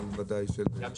אבל ודאי חלק ממנה.